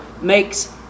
makes